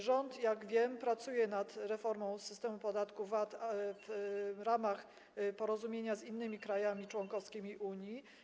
Rząd, jak wiem, pracuje nad reformą systemu podatku VAT w ramach porozumienia z innymi krajami członkowskimi Unii.